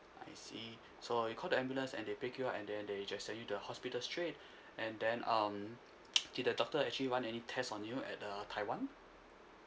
I see so you called the ambulance and they picked you up and then they just sent you to the hospital straight and then um did the doctor actually run any test on you at the taiwan